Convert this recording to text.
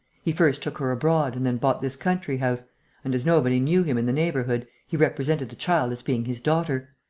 he first took her abroad and then bought this country-house and, as nobody knew him in the neighbourhood, he represented the child as being his daughter.